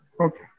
Okay